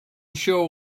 show